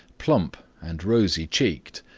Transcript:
plump, and rosy-cheeked,